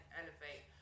elevate